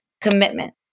commitment